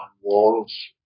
walls